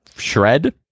Shred